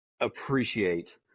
appreciate